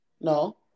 No